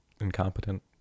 incompetent